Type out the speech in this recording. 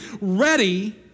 ready